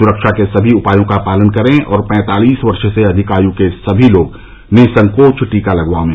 सुरक्षा के सभी उपायों का पालन करें और पैंतालीस वर्ष से अधिक आयु के सभी लोग निःसंकोच टीका लगवाएं